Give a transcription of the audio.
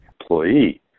employee